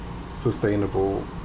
sustainable